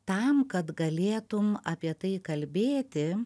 tam kad galėtum apie tai kalbėti